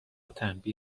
تنبیه